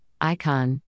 Icon